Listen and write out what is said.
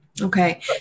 Okay